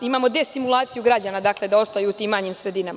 Imamo destimulaciju građana, dakle, da ostaju u tim manjim sredinama.